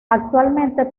actualmente